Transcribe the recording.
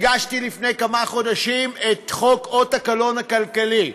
הגשתי לפני כמה חודשים את חוק אות הקלון הכלכלי.